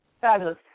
fabulous